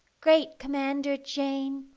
great commander jane!